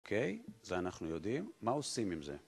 אוקיי, אז אנחנו יודעים מה עושים עם זה.